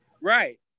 right